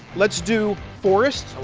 let's do forest so